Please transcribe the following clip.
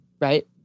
right